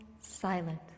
silent